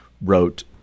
wrote